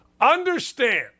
Understand